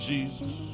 Jesus